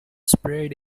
sprayed